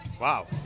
wow